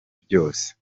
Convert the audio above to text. byose